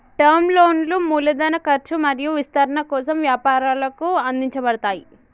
term లోన్లు మూలధన ఖర్చు మరియు విస్తరణ కోసం వ్యాపారాలకు అందించబడతయ్